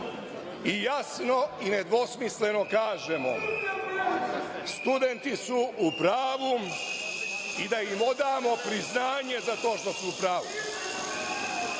i jasno i nedvosmisleno kažemo - studenti su u pravu i treba da im odamo priznanje za to što su u pravu.